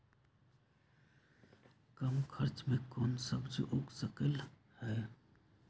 कम खर्च मे कौन सब्जी उग सकल ह?